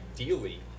ideally